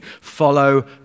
Follow